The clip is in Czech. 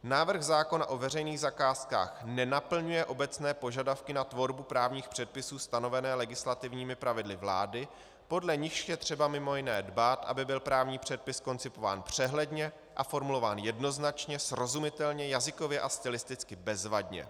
Návrh zákona o veřejných zakázkách nenaplňuje obecné požadavky na tvorbu právních předpisů stanovené legislativními pravidly vlády, podle nichž je třeba mj. dbát, aby byl právní předpis koncipován přehledně a formulován jednoznačně, srozumitelně, jazykově a stylisticky bezvadně.